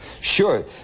Sure